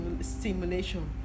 stimulation